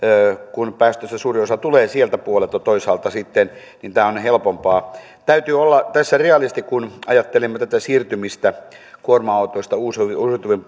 kun päästöistä suurin osa tulee sieltä puolelta toisaalta joten tämä on helpompaa täytyy olla tässä realisti kun ajattelemme siirtymistä kuorma autoissa uusiutuviin